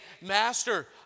Master